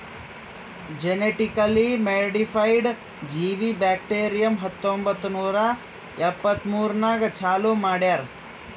genetically modified ಜೀವಿ bacterium ಹತ್ತೊಂಬತ್ತು ನೂರಾ ಎಪ್ಪತ್ಮೂರನಾಗ್ ಚಾಲೂ ಮಾಡ್ಯಾರ್